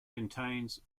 contains